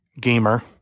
gamer